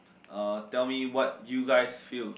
uh tell me what you guys feel